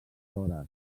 hores